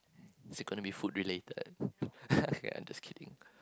is it gonna be food related I'm just kidding